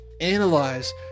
analyze